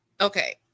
Okay